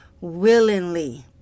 willingly